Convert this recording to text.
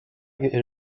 est